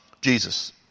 Jesus